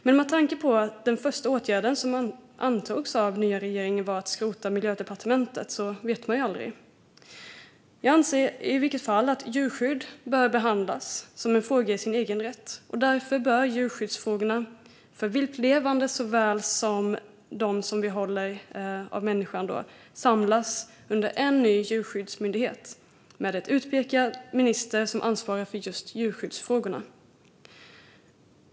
Med tanke på att den första åtgärden den nya regeringen vidtog var att skrota Miljödepartementet vet man ju aldrig. Jag anser i vilket fall att djurskydd bör behandlas som en fråga i sin egen rätt. Därför bör djurskyddsfrågorna, för viltlevande djur såväl som för djur som hålls av människan, samlas under en ny djurskyddsmyndighet med en utpekad minister som ansvarar för just djurskyddsfrågorna.